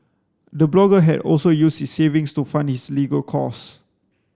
the blogger had also used his savings to fund his legal costs